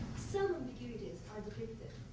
some ambiguities are depicted